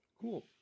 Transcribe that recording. Cool